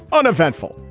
uneventful,